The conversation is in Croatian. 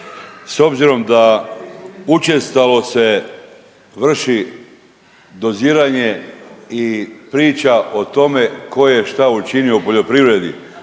S obzirom da učestalo se vrši doziranje i priča o tome tko je šta učinio u poljoprivredi,